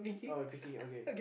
oh you are picking okay